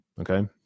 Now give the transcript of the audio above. okay